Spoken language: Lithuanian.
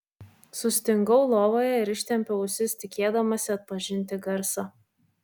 sustingau lovoje ir ištempiau ausis tikėdamasi atpažinti garsą